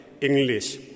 English